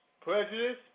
prejudice